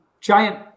giant